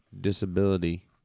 disability